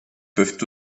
peuvent